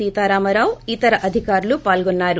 సీతారామా రావు ఇతక అధికారులు పాల్గొన్నారు